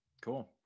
cool